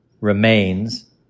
remains